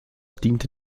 diente